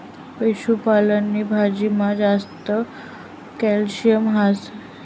शेपू पालक नी भाजीमा जास्त कॅल्शियम हास